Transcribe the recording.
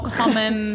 common